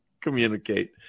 communicate